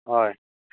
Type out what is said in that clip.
हय